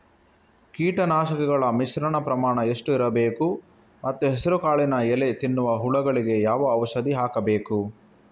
ಕೀಟನಾಶಕಗಳ ಮಿಶ್ರಣ ಪ್ರಮಾಣ ಎಷ್ಟು ಇರಬೇಕು ಮತ್ತು ಹೆಸರುಕಾಳಿನ ಎಲೆ ತಿನ್ನುವ ಹುಳಗಳಿಗೆ ಯಾವ ಔಷಧಿ ಹಾಕಬೇಕು?